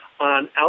on